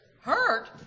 Hurt